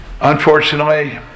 Unfortunately